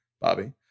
Bobby